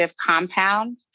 compound